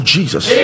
Jesus